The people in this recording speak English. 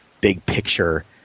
big-picture